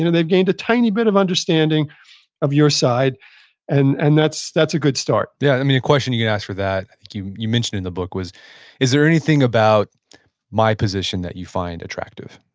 they've gained a tiny bit of understanding of your side and and that's that's a good start yeah, and the question you you ask for that, i think you you mentioned it in the book, was is there anything about my position that you find attractive?